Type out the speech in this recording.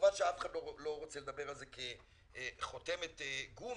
כמובן שאף אחד לא רוצה לדבר על זה כחותמת גומי,